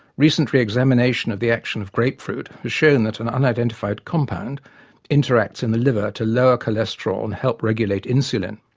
recent re-examination of the action of grapefruit, has shown that an unidentified compound interacts in the liver to lower cholesterol and help regulate insulin,